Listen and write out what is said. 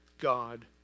God